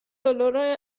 دلار